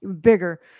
bigger